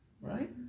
right